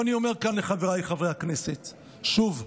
ואני אומר כאן לחבריי חברי הכנסת שוב: